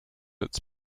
its